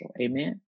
Amen